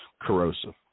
corrosive